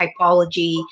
typology